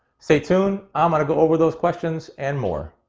stay tuned, i'm going to go over those questions and more.